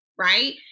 right